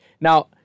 Now